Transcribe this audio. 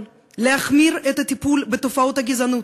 להחמיר את הטיפול בתופעות הגזענות.